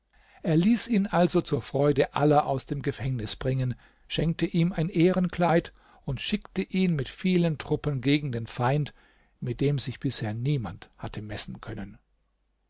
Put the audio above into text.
er ließ ihn also zur freude aller aus dem gefängnis bringen schenkte ihm ein ehrenkleid und schickte ihn mit vielen truppen gegen den feind mit dem sich bisher niemand hatte messen können